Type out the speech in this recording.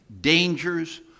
dangers